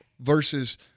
versus